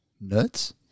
nuts